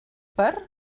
per